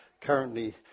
currently